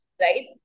right